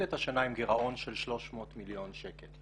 את השנה עם גירעון של 300 מיליון שקל.